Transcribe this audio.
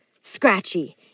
Scratchy